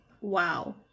Wow